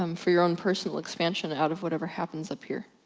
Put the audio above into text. um for your own personal expansion, out of whatever happens up here.